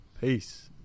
Peace